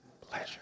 pleasure